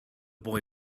boy